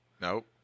Nope